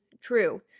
true